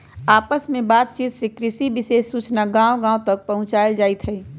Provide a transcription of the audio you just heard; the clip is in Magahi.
आपस में बात चित से कृषि विशेष सूचना गांव गांव तक पहुंचावल जाईथ हई